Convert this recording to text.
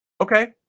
Okay